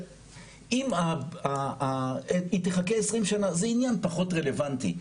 אם היא תחכה 20 שנה זה עניין פחות רלוונטי,